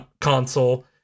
console